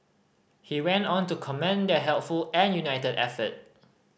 he went on to commend their helpful and united effort